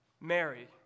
Mary